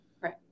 Right